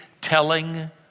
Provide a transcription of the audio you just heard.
telling